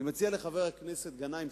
אני מציע לחבר הכנסת גנאים,